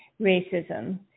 racism